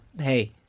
hey